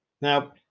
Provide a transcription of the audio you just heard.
Now